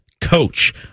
coach